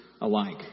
alike